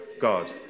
God